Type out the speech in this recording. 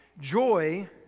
joy